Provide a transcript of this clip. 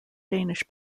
danish